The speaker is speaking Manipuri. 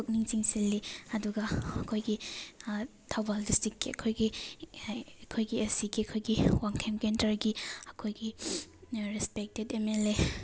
ꯄꯨꯛꯅꯤꯡ ꯆꯤꯡꯁꯤꯜꯂꯤ ꯑꯗꯨꯒ ꯑꯩꯈꯣꯏꯒꯤ ꯊꯧꯕꯥꯜ ꯗꯤꯁꯇ꯭ꯔꯤꯛꯀꯤ ꯑꯩꯈꯣꯏꯒꯤ ꯑꯩꯈꯣꯏꯒꯤ ꯑꯦ ꯁꯤꯒꯤ ꯑꯩꯈꯣꯏꯒꯤ ꯋꯥꯡꯈꯦꯝ ꯀꯦꯟꯗ꯭ꯔꯒꯤ ꯑꯩꯈꯣꯏꯒꯤ ꯔꯦꯁꯄꯦꯛꯇꯦꯛ ꯑꯦꯝ ꯑꯦꯜ ꯑꯦ